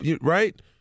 right